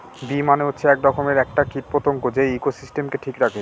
bee মানে হচ্ছে এক রকমের একটা কীট পতঙ্গ যে ইকোসিস্টেমকে ঠিক রাখে